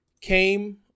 came